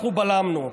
אנחנו בלמנו,